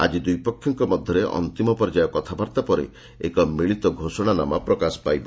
ଆଜି ଦୁଇପକ୍ଷଙ୍କ ମଧ୍ୟରେ ଅନ୍ତିମ ପର୍ଯ୍ୟାୟ କଥାବାର୍ତ୍ତା ପରେ ଏକ ମିଳିତ ଘୋଷଣାନାମା ପ୍ରକାଶ ପାଇବ